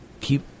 keep